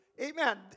Amen